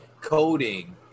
coding